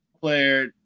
player